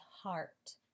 heart